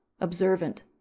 observant